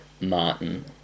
Martin